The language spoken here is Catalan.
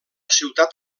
ciutat